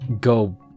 go